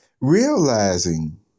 realizing